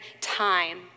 time